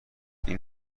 این